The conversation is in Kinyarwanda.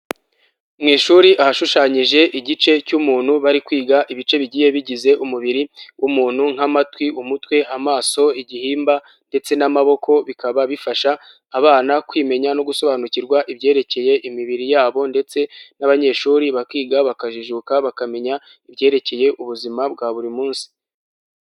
Mu ishuri ahashushanyije igice cy'umuntu, bari kwiga ibice bigiye bigize umubiri w'umuntu nk'amatwi, umutwe, amaso, igihimba ndetse n'amaboko, bikaba bifasha abana kwimenya no gusobanukirwa ibyerekeye imibiri yabo, ndetse n'abanyeshuri bakiga bakajijuka bakamenya ibyerekeye ubuzima bwa buri munsi.